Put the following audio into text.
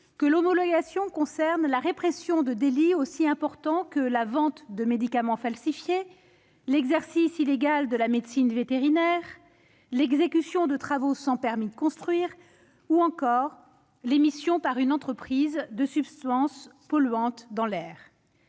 que l'homologation concerne la répression de délits aussi importants que la vente de médicaments falsifiés, l'exercice illégal de la médecine vétérinaire, l'exécution de travaux sans permis de construire ou encore l'émission par une entreprise de substances polluantes dans l'air.